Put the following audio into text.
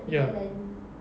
ya